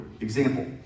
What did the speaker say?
Example